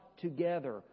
together